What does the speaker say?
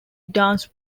dance